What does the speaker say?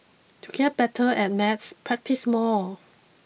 to get better at maths practise more